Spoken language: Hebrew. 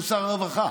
הוא שר הרווחה.